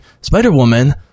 Spider-Woman